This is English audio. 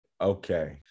Okay